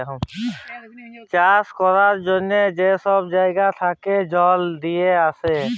চাষ ক্যরার জ্যনহে যে ছব জাইগা থ্যাকে জল লিঁয়ে আসে